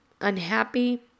unhappy